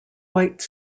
white